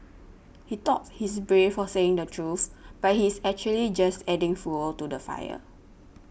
he thought he's brave for saying the truth but he's actually just adding fuel to the fire